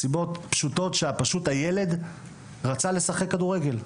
סיבות פשוטות שפשוט הילד רצה לשחק כדורגל.